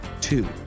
Two